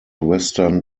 western